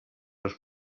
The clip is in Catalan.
dels